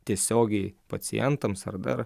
tiesiogiai pacientams ar dar